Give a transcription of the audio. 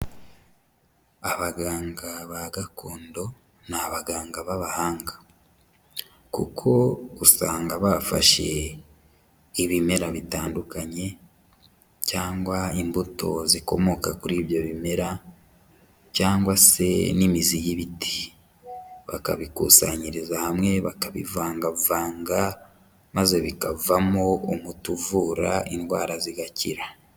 Abaganga ba gakondo ni abaganga b'abahanga kuko usanga bafashe ibimera bitandukanye cyangwa imbuto zikomoka kuri ibyo bimera cyangwa se n'imizi y'ibiti, bakabikusanyiriza hamwe bakabivangavanga, maze bikavamo umuti uvura indwara zigakira.